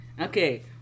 Okay